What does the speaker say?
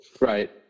Right